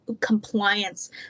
compliance